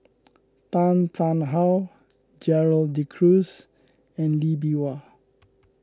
Tan Tarn How Gerald De Cruz and Lee Bee Wah